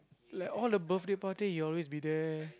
like all the birthday party he always be there